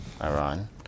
Iran